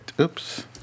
Oops